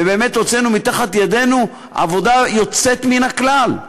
ובאמת הוצאנו מתחת ידינו עבודה יוצאת מן הכלל.